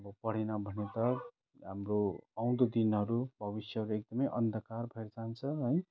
अब पढेन भने त हाम्रो आउँदो दिनहरू भविष्य एकदमै अन्धकार भएर जान्छ है